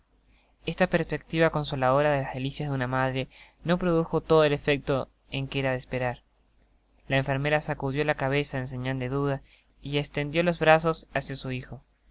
esta prespectiva consoladora de las delicias de una madre no produjo todo el efecto que era de esperar la enferma sacudió la cabeza en señal de duda y estendió los brazos hacia su hijo